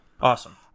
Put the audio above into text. awesome